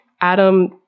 Adam